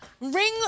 ring